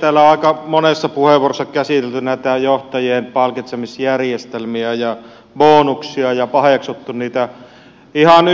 täällä on aika monessa puheenvuorossa käsitelty johtajien palkitsemisjärjestelmiä ja bonuksia ja paheksuttu niitä ihan